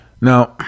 Now